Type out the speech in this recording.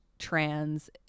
trans